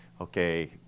okay